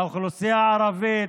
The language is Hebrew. לאוכלוסייה הערבית,